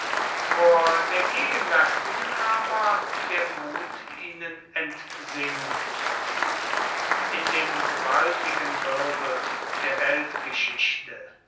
vor der gegenwärtigen aber der mut ihnen entsinkt in dem gewaltigen wirbel der weltgeschichte